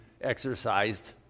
exercised